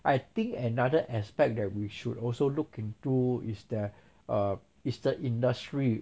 I think another aspect that we should also look into is that err is the industry